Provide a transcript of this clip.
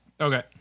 Okay